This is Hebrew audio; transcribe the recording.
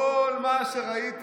כל מה שראיתי